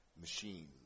machine